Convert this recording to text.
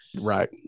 right